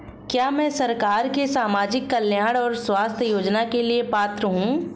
क्या मैं सरकार के सामाजिक कल्याण और स्वास्थ्य योजना के लिए पात्र हूं?